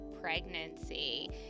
pregnancy